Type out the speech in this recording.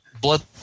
blood